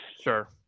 Sure